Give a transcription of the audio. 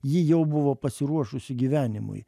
ji jau buvo pasiruošusi gyvenimui